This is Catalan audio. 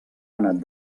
anat